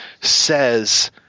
says